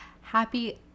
Happy